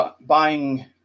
buying